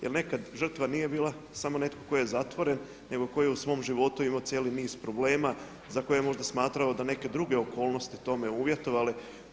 Jer nekad žrtva nije bila samo netko tko je zatvoren, nego koji je u svom životu imao cijeli niz problema za koje je možda smatrao da neke druge okolnosti tome uvjetovale.